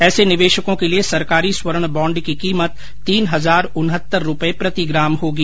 ऐसे निवेशकों के लिए सरकारी स्वर्ण बॉण्ड की कीमत तीन हजार उनहत्तर रुपए प्रति ग्राम होगी